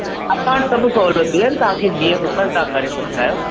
असां वटि सभ सहूलितूं आहिनि तव्हांखे जीअं खपनि तव्हां करे सघंदा आहियो